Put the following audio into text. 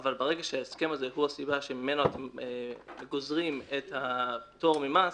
אבל ברגע שההסכם הזה הוא הסיבה שממנו אתם גוזרים את הפטור ממס,